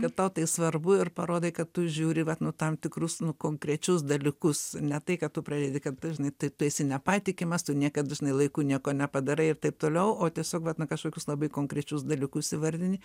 kad tau tai svarbu ir parodai kad tu žiūri vat nu tam tikrus nu konkrečius dalykus ne tai kad tu pradedi kad dažnai tai tu esi nepatikimas tu niekad dažnai laiku nieko nepadarai ir taip toliau o tiesiog vat na kažkokius labai konkrečius dalykus įvardini